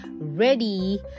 ready